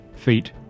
feet